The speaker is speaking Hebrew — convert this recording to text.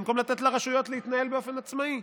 במקום לתת לרשויות להתנהל באופן עצמאי.